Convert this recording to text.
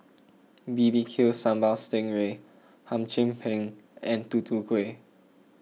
B B Q Sambal Sting Ray Hum Chim Peng and Tutu Kueh